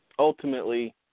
Ultimately